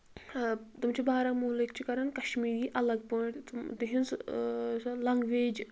تِم چھِ باہمولہٕکۍ چھِ کران کشمیٖری الگ پٲٹھۍ تِم تِہنٛز سۄ لنٛگویج